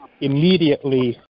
immediately